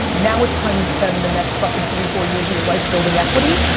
now it's time you spend the next fucking three, four years of your life building equity,